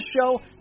show